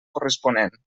corresponent